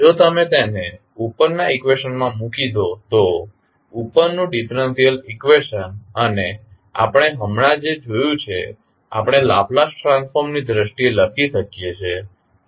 હવે જો તમે તેને ઉપરના ઇકવેશન માં મૂકી દો તો ઉપરનું ડિફરેંશિયલ ઇકવેશન અને આપણે હમણાં જે જોયું છે આપણે લાપ્લાસ ટ્રાન્સફોર્મ ની દ્રષ્ટિએ લખી શકીએ છીએ